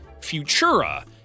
Futura